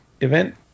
event